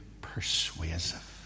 persuasive